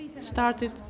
started